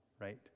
right